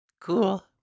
Cool